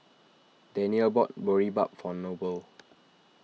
Danyelle bought Boribap for Noble